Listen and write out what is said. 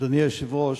אדוני היושב-ראש,